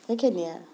সেইখিনিয়েই আৰু